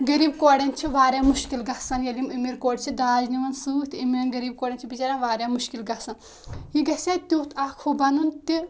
غریٖب کورٮ۪ن چھِ واریاہ مُشکل گژھان ییٚلہِ یِم امیٖر کورِ چھِ داج نِوان سۭتۍ یِمَن غریٖب کورٮ۪ن چھِ بِچارٮ۪ن واریاہ مُشکِل گژھان یہِ گژھیٛا تیُتھ اَکھ ہُہ بَنُن تہِ